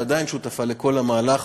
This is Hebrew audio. ועדיין שותפה לכל המהלך,